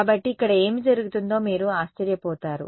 కాబట్టి ఇక్కడ ఏమి జరుగుతుందో మీరు ఆశ్చర్యపోతారు